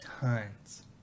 tons